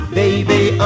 baby